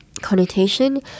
connotation